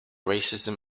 racism